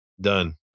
done